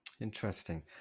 Interesting